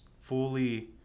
fully